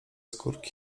skórki